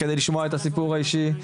כדי לשמוע את הסיפור האישי,